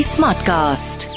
Smartcast